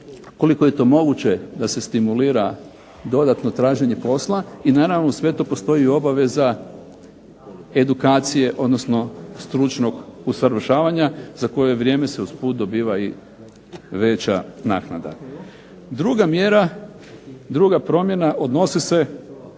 koliko je to moguće da se stimulira dodatno traženje posla i naravno uz sve to postoji obveza edukacije odnosno stručnog usavršavanja, za koje vrijeme se usput dobiva i veća naknada. Druga mjera, druga promjena odnosi se